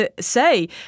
say